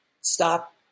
stop